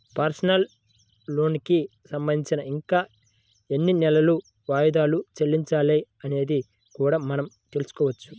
personal లోనుకి సంబంధించి ఇంకా ఎన్ని నెలలు వాయిదాలు చెల్లించాలి అనేది కూడా మనం తెల్సుకోవచ్చు